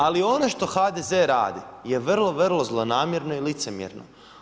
Ali, ono što HDZ radi je vrlo vrlo zlonamjerno i licemjerno.